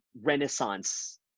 renaissance